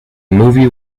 movie